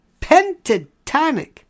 Pentatonic